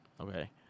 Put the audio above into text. Okay